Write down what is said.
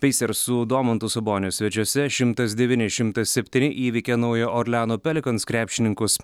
pacers su domantu saboniu svečiuose šimtas devyni šimtas septyni įveikė naujojo orleano pelicans krepšininkus